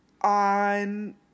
on